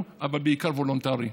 אבל בעיקר וולונטריים.